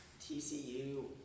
TCU